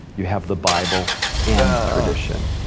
you have the bible and tradition.